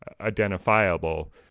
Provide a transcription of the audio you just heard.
identifiable